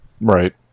Right